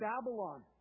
Babylon